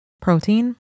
protein